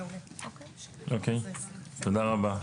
תודה רבה.